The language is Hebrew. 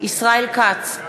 ישראל כץ,